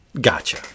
Gotcha